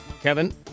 Kevin